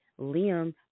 Liam